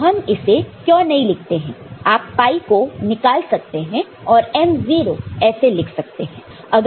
तो हम इसे क्यों नहीं लिखते हैं आप पाई को निकाल सकते हैं और M0 ऐसे लिख सकते हैं